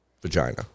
vagina